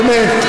באמת.